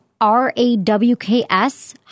R-A-W-K-S